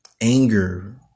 anger